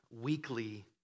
weekly